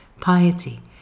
piety